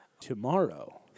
Tomorrow